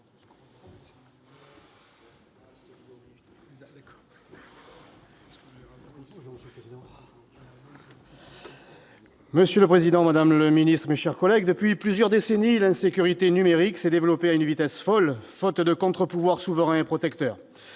Monsieur le président, madame la ministre, mes chers collègues, depuis plusieurs décennies, l'insécurité numérique s'est développée à une vitesse folle, faute de contre-pouvoir souverain et protecteur.